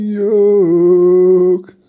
yoke